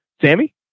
Sammy